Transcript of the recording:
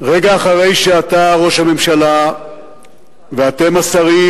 רגע אחרי שאתה ראש הממשלה ואתם השרים